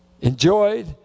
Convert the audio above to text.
enjoyed